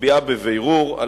מצביעה בבירור על